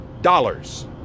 dollars